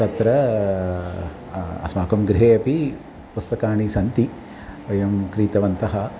तत्र अस्माकं गृहे अपि पुस्तकानि सन्ति वयं क्रीतवन्तः